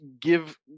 give